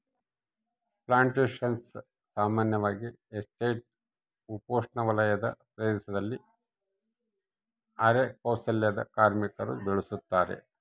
plantations ಸಾಮಾನ್ಯವಾಗಿ estate ಉಪೋಷ್ಣವಲಯದ ಪ್ರದೇಶದಲ್ಲಿ ಅರೆ ಕೌಶಲ್ಯದ ಕಾರ್ಮಿಕರು ಬೆಳುಸತಾರ